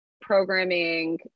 programming